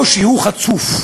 או שהוא חצוף,